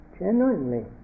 genuinely